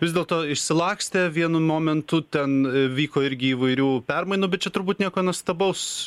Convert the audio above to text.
vis dėlto išsilakstė vienu momentu ten vyko irgi įvairių permainų bet čia turbūt nieko nuostabaus